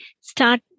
start